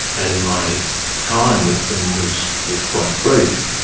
and my time with them was was quite brief.